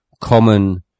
common